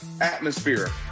atmosphere